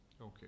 okay